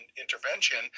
intervention